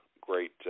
great